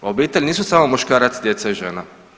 Obitelj nisu samo muškarac, djeca i žena.